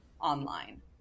online